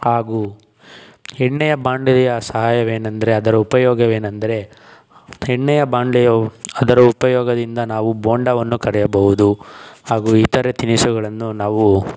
ಹಾಗೂ ಎಣ್ಣೆಯ ಬಾಂಡಲೆಯ ಸಹಾಯವೇನೆಂದರೆ ಅದರ ಉಪಯೋಗವೇನಂದರೆ ಎಣ್ಣೆಯ ಬಾಂಡ್ಲೆಯು ಅದರ ಉಪಯೋಗದಿಂದ ನಾವು ಬೋಂಡಾವನ್ನು ಕರಿಯಬಹುದು ಹಾಗೂ ಇತರೆ ತಿನಿಸುಗಳನ್ನು ನಾವು